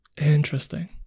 Interesting